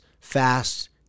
fast